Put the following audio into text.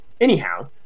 anyhow